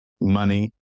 money